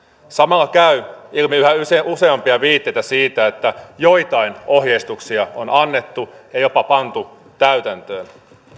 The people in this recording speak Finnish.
samalla käy ilmi yhä useampia viitteitä siitä että joitain ohjeistuksia on annettu ja jopa pantu täytäntöön